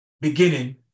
beginning